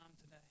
today